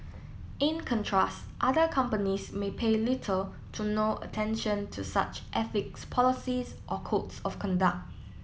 in contrast other companies may pay little to no attention to such ethics policies or codes of conduct